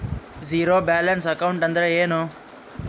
Zero balance account ಅಂದ್ರ ಏನು?